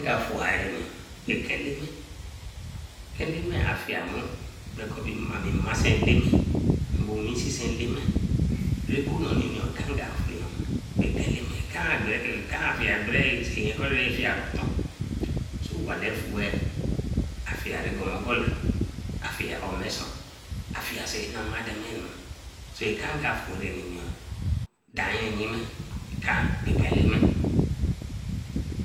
Ekan ka fu erenu ba-eleme, nke eleme afiemuru bekor ami masan eleme, ame bae owi sisen eleme ekan noni ra ka fuo bae ekan eleme ekan afie beere koriyera fie boton sowale fue, afiere gomo gola, afie sin namadamenu so ekan ga fue ra nini yo dain yime bae ekan eleme.